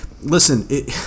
listen